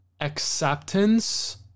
acceptance